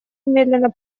немедленно